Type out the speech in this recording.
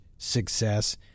success